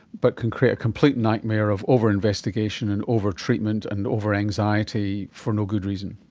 but can create a complete nightmare of over-investigation and over-treatment and over-anxiety for no good reason.